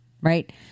right